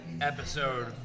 episode